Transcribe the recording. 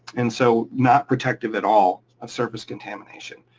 and so not protective at all of surface contamination.